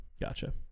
Gotcha